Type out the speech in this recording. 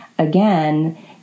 again